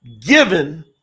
given